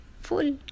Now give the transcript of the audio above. full